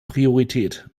priorität